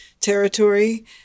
territory